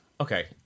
Okay